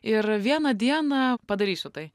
ir vieną dieną padarysiu tai